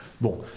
Bon